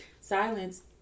silence